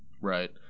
Right